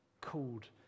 called